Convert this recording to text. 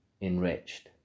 enriched